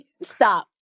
Stop